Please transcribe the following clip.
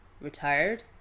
retired